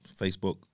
Facebook